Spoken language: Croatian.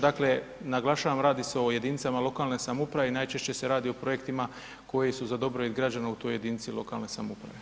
Dakle naglašavam, radi se o jedinicama lokalne samouprave i najčešće se radi o projektima koji su za dobrobit građana u toj jedinici lokalne samouprave.